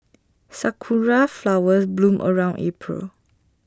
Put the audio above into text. Sakura Flowers bloom around April